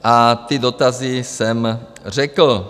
A ty dotazy jsem řekl.